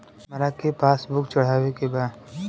हमरा के पास बुक चढ़ावे के बा?